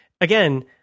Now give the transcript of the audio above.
again